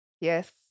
Yes